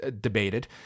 debated